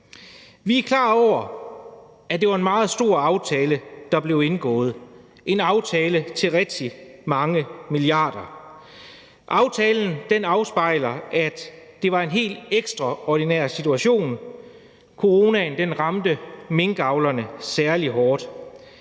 Vi er klar over, at det var en meget stor aftale, der blev indgået, en aftale til rigtig mange milliarder. Aftalen afspejler, at det var en helt ekstraordinær situation: coronaen ramte minkavlerne særlig hårdt.